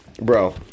bro